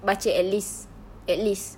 baca at least at least